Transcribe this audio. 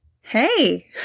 Hey